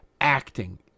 acting